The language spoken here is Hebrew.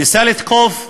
ניסה לתקוף,